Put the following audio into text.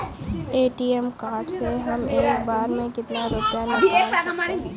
ATM card से हम एक बार में कितना रुपया निकाल सकते हैं?